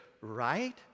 right